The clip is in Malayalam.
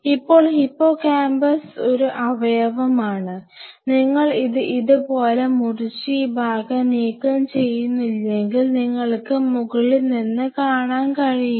ഇപ്പോൾ ഹിപ്പോകാമ്പസ് ഒരു അവയവമാണ് നിങ്ങൾ ഇത് ഇതുപോലെ മുറിച്ച് ഈ ഭാഗം നീക്കംചെയ്യുന്നില്ലെങ്കിൽ നിങ്ങൾക്ക് മുകളിൽ നിന്ന് കാണാൻ കഴിയില്ല